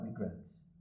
regrets